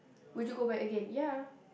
would you go back again ya